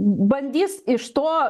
bandys iš to